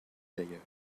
d’ailleurs